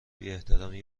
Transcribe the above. بیاحترامی